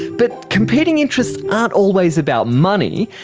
but competing interests aren't always about money,